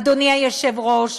אדוני היושב-ראש,